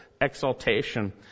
exaltation